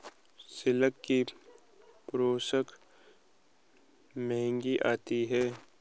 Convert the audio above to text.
silk की पोशाक महंगी आती है